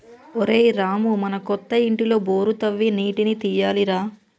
ఒరేయ్ రామూ మన కొత్త ఇంటిలో బోరు తవ్వి నీటిని తీయాలి రా